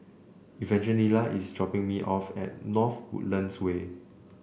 Evangelina is dropping me off at North Woodlands Way